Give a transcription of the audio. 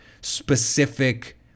specific